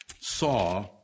saw